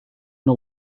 una